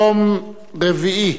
יום רביעי,